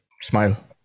smile